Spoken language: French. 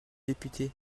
député